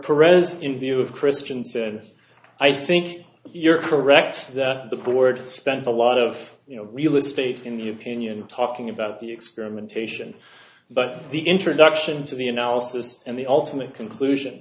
prez in view of christian said i think you're correct that the board spent a lot of you know real estate in the opinion talking about the experimentation but the introduction to the analysis and the ultimate conclusion